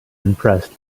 impressed